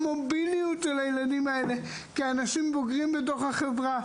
המוביליות של הילדים האלה כאנשים בוגרים בתוך החברה,